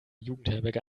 jugendherberge